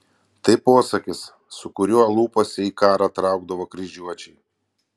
tai posakis su kuriuo lūpose į karą traukdavo kryžiuočiai